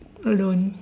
alone